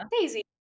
daisy